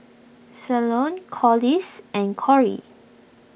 Cleone Corliss and Corie